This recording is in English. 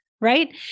right